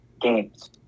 games